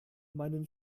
meinen